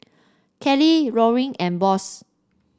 Kelly Loring and Boss